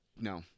no